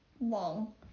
long